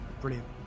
Brilliant